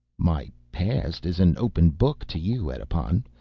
my past is an open book to you, edipon.